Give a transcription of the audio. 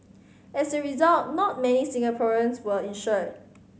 as a result not many Singaporeans were insured